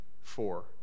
four